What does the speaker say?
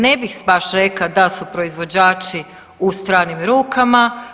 Ne bih baš rekla da su proizvođači u stranim rukama.